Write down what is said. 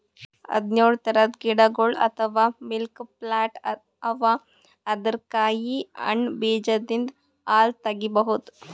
ಹದ್ದ್ನೊಳ್ ಥರದ್ ಗಿಡಗೊಳ್ ಅಥವಾ ಮಿಲ್ಕ್ ಪ್ಲಾಂಟ್ ಅವಾ ಅದರ್ ಕಾಯಿ ಹಣ್ಣ್ ಬೀಜದಿಂದ್ ಹಾಲ್ ತಗಿಬಹುದ್